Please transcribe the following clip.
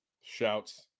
shouts